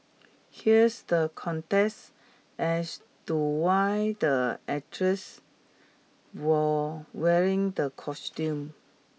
here's the contest as to why the actresses were wearing the costumes